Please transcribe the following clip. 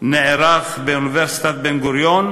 שנערך באוניברסיטת בן-גוריון,